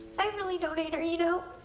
i really don't hate her, you know